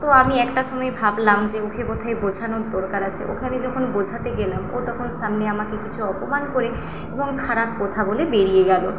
তো আমি একটা সময় ভাবলাম যে ওকে বোধ হয় বোঝানোর দরকার আছে ওখানে যখন বোঝাতে গেলাম ও তখন সামনে আমাকে কিছু অপমান করে এবং খারাপ কথা বলে বেরিয়ে গেল